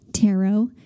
tarot